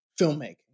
filmmaking